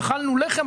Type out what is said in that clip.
אכלנו לחם,